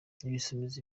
ibisumizi